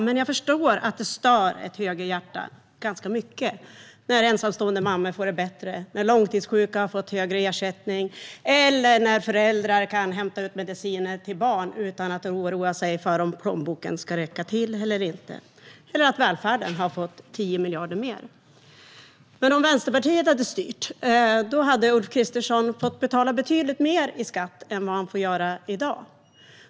Men jag förstår att det stör ett högerhjärta ganska mycket när ensamstående mammor får det bättre, när långtidssjuka har fått högre ersättning och när föräldrar kan hämta ut mediciner till sina barn utan att oroa sig för om plånboken ska räcka till - när välfärden har fått 10 miljarder mer. Men om Vänsterpartiet hade styrt hade Ulf Kristersson fått betala betydligt mer i skatt än i dag.